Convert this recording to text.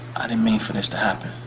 i didn't mean for this to happen.